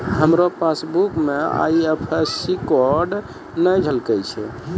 हमरो पासबुक मे IFSC code नै झलकै छै